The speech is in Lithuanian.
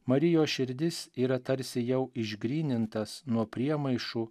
marijos širdis yra tarsi jau išgrynintas nuo priemaišų